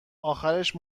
آخرش